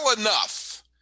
enough